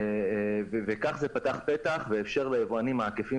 וכך זה פתח פֶּתַח ואפשר ליבואנים העקיפים